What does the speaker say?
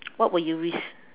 what would you risk